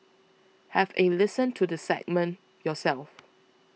have a listen to the segment yourself